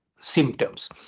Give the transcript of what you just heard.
symptoms